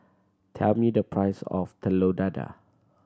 tell me the price of Telur Dadah